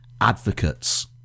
advocates